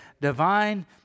divine